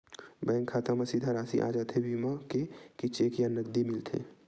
Bank खाता मा सीधा राशि आ जाथे बीमा के कि चेक या नकदी मिलथे?